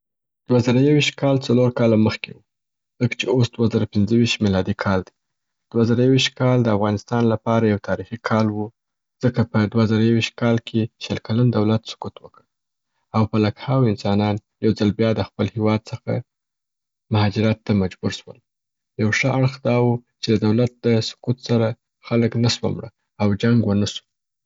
دوه زه یویشت کال څلور کاله مخکي، ځکه چې اوس دوه زه پنځویشت میلادي کال دی. دوه زه یویشت کال د افغانستان لپاره یو تاریخي کال و ځکه په دوه زه یویشت کال کې شل کلن دولت سکوت وکړ او په لکهاوو انسانان یو ځل بیا د خپل هیواد څخه مهاجرت ته مجبور سول. یو ښه اړخ دا و چې د دولت د سکوت سره خلګ نه سوه مړه او جنګ و نسو.